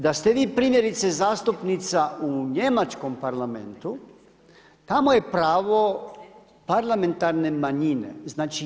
Da ste vi primjerice zastupnica u njemačkom Parlamentu tamo je pravo parlamentarne manjine znači 1/